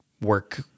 work